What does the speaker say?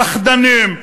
פחדנים,